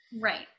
Right